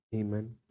Amen